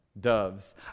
doves